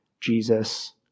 Jesus